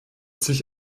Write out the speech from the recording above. sich